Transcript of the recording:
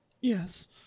Yes